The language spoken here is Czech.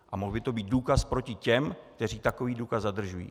A mohl by to být důkaz proti těm, kteří takový důkaz zadržují.